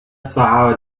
sahara